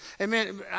amen